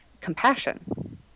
compassion